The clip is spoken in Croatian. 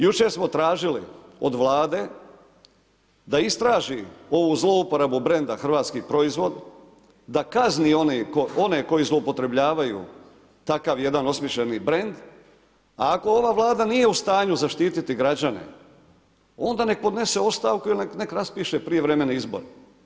Jučer smo tražili od Vlade da istraži ovu zlouporabu brenda hrvatski proizvod, da kazni one koji zloupotrebljavaju takav jedan osmišljeni brend, a ako ova Vlada nije u stanju zaštititi građane, onda nek podnese ostavku ili nek raspiše prijevremene izbore.